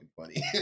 funny